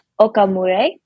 okamure